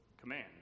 command